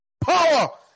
Power